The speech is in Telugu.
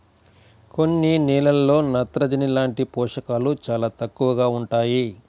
కొన్ని నేలల్లో నత్రజని లాంటి పోషకాలు చాలా తక్కువగా ఉంటాయి